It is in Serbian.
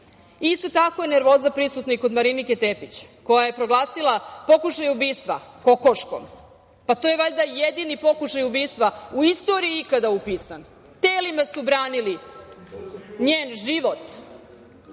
tako, nervoza je prisutna i kod Marinike Tepić, koja je proglasila pokušaj ubistva kokoškom. To je valjda jedini pokušaj ubistva u istoriji ikada upisan. Telima su branili njen život.